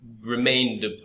remained